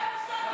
זה, יהודי,